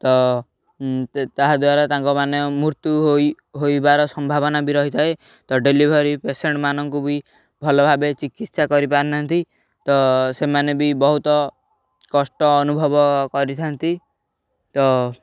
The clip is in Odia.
ତ ତାହାଦ୍ୱାରା ତାଙ୍କ ମାନେ ମୃତ୍ୟୁ ହୋଇ ହୋଇବାର ସମ୍ଭାବନା ବି ରହିଥାଏ ତ ଡେଲିଭରି ପେସେଣ୍ଟ ମାନଙ୍କୁ ବି ଭଲ ଭାବେ ଚିକିତ୍ସା କରିପାରିନାହାନ୍ତି ତ ସେମାନେ ବି ବହୁତ କଷ୍ଟ ଅନୁଭବ କରିଥାନ୍ତି ତ